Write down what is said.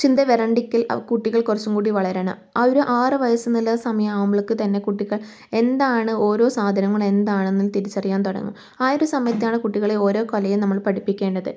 ചിന്ത വരാണ്ടിരിക്കൽ ആ കുട്ടികൾ കുറച്ചും കൂടി വളരണം ആ ഒര് ആറ് വയസ്സെന്നുള്ള സമയം ആകുമ്പളേയ്ക്ക് തന്നെ കുട്ടികൾ എന്താണ് ഓരോ സാധനങ്ങളും എന്താണെന്ന് തിരിച്ചറിയാൻ തുടങ്ങും ആ ഒര് സമയത്താണ് കുട്ടികളെ ഓരോ കലയും നമ്മള് പഠിപ്പിക്കേണ്ടത്